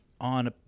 on